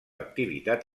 activitat